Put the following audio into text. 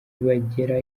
bagera